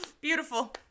Beautiful